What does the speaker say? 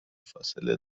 فاصله